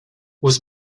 was